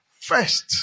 first